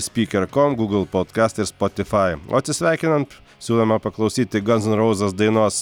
speaker com google podcast ir spotify o atsisveikinant siūlome paklausyti guns and roses dainos